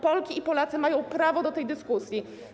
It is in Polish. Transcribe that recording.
Polki i Polacy mają prawo do tej dyskusji.